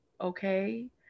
okay